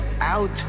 out